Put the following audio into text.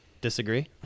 Disagree